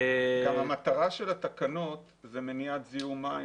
גם המטרה של התקנות היא מניעת זיהום מים.